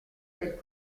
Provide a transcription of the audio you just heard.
del